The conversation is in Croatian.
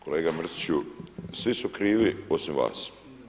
Kolega Mrsiću, svi su krivi osim vas.